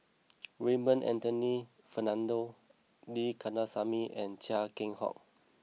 Raymond Anthony Fernando D Kandasamy and Chia Keng Hock